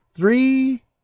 Three